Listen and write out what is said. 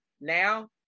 now